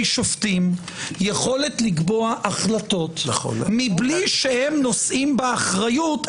שופטים יכולת לקבוע החלטות בלי שהם נושאים באחריות.